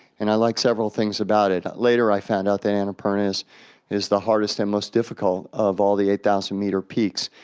and i like several things about it. later, i found out that and annapurna is is the hardest and most difficult of all the eight thousand meter peaks,